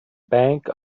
bank